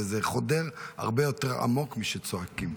וזה חודר הרבה יותר עמוק מכשצועקים.